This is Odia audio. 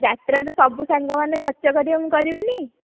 ଯାତ୍ରାରେ ତ ସବୁ ସାଙ୍ଗମାନେ ଖର୍ଚ୍ଚ କରିବେ ମୁଁ କରିବିନି